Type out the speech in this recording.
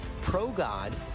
pro-God